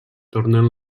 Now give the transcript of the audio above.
tornen